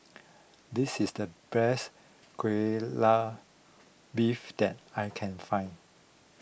this is the best Kai Lan Beef that I can find